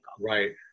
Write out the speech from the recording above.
Right